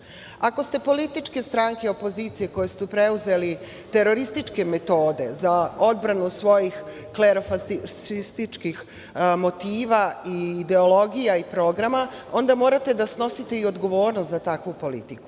ste političke stranke opozicije koje ste preuzeli terorističke metode za odbranu svojih klerofašističkih motiva i ideologija i programa, onda morate da snosite i odgovornost za takvu politiku.